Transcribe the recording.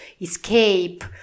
escape